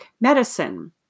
medicine